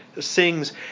Sings